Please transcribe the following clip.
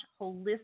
holistic